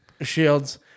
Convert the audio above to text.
Shields